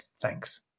Thanks